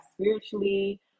spiritually